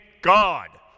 God